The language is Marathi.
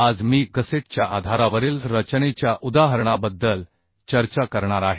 आज मी गसेटच्या आधारावरील रचनेच्या उदाहरणाबद्दल चर्चा करणार आहे